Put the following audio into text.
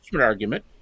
argument